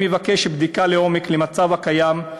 אני מבקש בדיקה לעומק של המצב הקיים.